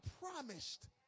promised